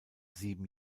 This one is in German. sieben